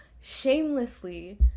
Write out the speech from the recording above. shamelessly